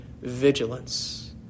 vigilance